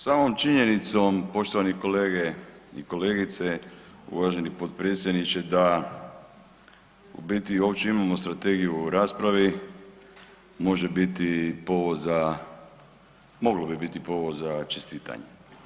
Samom činjenicom poštovani kolege i kolegice, uvaženi potpredsjedniče da u biti uopće imamo strategiju u raspravi može biti i povod za, moglo bi biti povod za čestitanje.